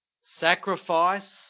Sacrifice